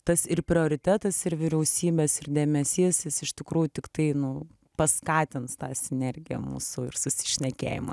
tas ir prioritetas ir vyriausybės ir dėmesys jis iš tikrųjų tiktai nu paskatins tą sinergiją mūsų ir susišnekėjimą